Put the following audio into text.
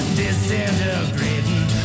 disintegrating